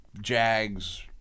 Jags